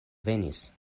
venis